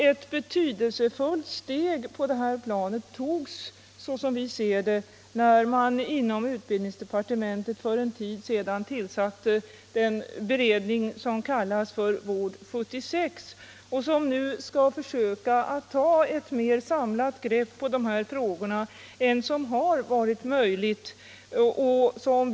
Ett betydelsefullt steg på det här planet togs, såsom vi ser det, när man inom utbildningsdepartementet för en tid sedan tillsatte den beredning som kallas Vård-76 och som nu skall försöka ta ett mer samlat grepp på dessa frågor än som förut har varit möjligt.